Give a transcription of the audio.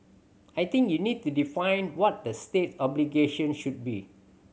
I think you need to define what the state's obligations should be